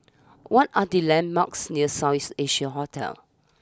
what are the landmarks near South East Asia Hotel